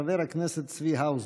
חבר הכנסת צבי האוזר.